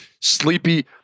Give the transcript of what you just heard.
Sleepy